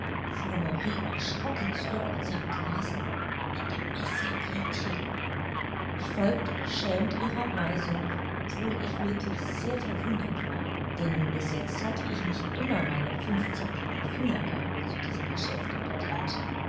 fuhr marie erschrocken zurück und sagte leise mit dem messer gretchen ich folgte beschämt ihrer weisung obwohl ich wirklich sehr verwundert war denn bis jetzt hatte ich mich immer meiner fünfzackigen fingergabel zu diesem geschäfte bedient